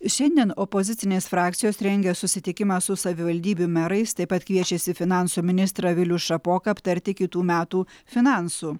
šiandien opozicinės frakcijos rengia susitikimą su savivaldybių merais taip pat kviečiasi finansų ministrą vilių šapoką aptarti kitų metų finansų